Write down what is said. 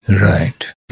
Right